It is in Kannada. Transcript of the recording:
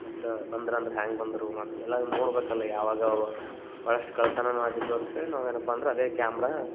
ಮತ್ತು ಬಂದ್ರಂದ್ರ ಹ್ಯಾಂಗ ಬಂದರೂ ಮತ್ತೆ ಎಲ್ಲ ನೋಡಬೇಕಲ್ಲ ಯಾವಾಗ ಯಾವಾಗ ಭಾಳಷ್ಟ್ ಕಳ್ತನನು ಆಗಿದ್ವು ಅಂತ್ಹೇಳಿ ನಾವು ಏನಪ್ಪ ಅಂದ್ರ ಅದೇ ಕ್ಯಾಮ್ರಾ